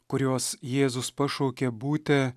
kuriuos jėzus pašaukė būti